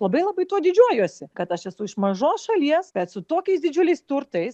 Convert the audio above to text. labai labai tuo didžiuojuosi kad aš esu iš mažos šalies bet su tokiais didžiuliais turtais